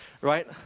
right